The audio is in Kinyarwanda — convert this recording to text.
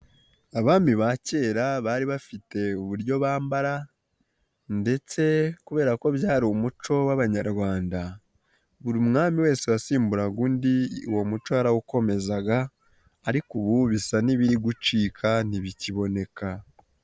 Abami ba kera bari bafite uburyo bambara ndetse kubera ko byari umuco w'Abanyarwanda, buri mwami wese wasimburaga undi uwo muco yarawukomezaga ariko ubu bisa n'ibiri gucika ntibikiboneka.